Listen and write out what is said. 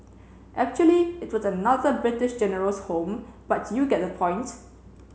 actually it was another British General's home but you get the points